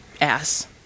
ass